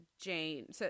Jane